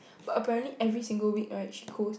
but apparently every single week right she goes